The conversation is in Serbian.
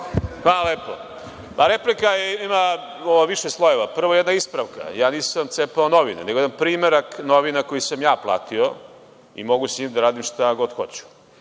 Hvala lepo. Replika ima više slojeva. Prvo, jedna ispravka. Ja nisam cepao novine, nego jedan primerak novina koji sam ja platio i mogu s njim da radim šta god hoću.